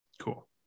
Cool